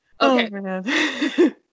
okay